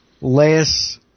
less